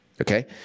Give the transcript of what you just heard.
Okay